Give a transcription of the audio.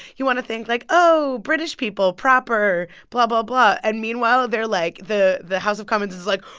you want to think, like, oh british people proper blah, blah, blah. and meanwhile, they're, like the the house of commons is, like,